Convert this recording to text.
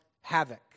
havoc